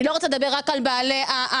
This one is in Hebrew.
אני לא רוצה לדבר רק על בעלי המשקים.